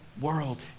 world